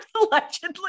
allegedly